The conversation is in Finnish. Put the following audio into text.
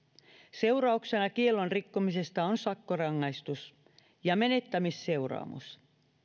seurauksena kiellon rikkomisesta on sakkorangaistus ja menettämisseuraamus